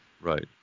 Right